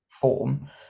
form